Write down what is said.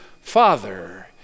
Father